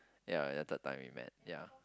ya at the third time we met ya